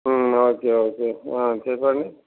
okay okay చెప్పండి